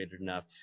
enough